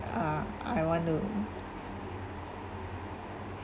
uh I want to